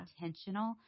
intentional